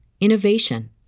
innovation